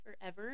forever